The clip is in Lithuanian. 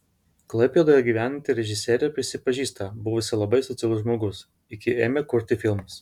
klaipėdoje gyvenanti režisierė prisipažįsta buvusi labai socialus žmogus iki ėmė kurti filmus